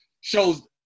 shows